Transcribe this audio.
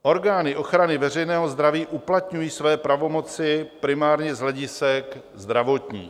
Orgány ochrany veřejného zdraví uplatňují své pravomoci primárně z hledisek zdravotních.